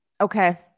Okay